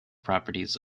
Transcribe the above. properties